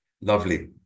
lovely